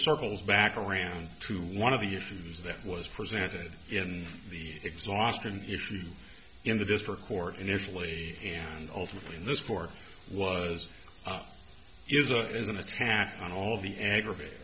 circles back around to one of the issues that was presented in the exhaust an issue in the district court initially and ultimately in this board was is a is an attack on all of the aggregate